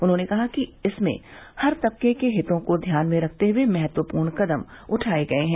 उन्होंने कहा कि इसमें हर तबके के हितों को ध्यान में रखते हए महत्वपूर्ण कदम उठाये गये हैं